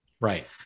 Right